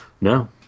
no